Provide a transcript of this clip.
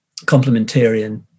complementarian